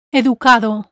educado